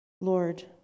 Lord